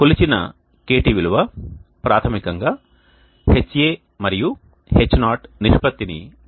కొలిచిన kt విలువ ప్రాథమికంగా Ha మరియు H0 నిష్పత్తిని కలిగి ఉంటుంది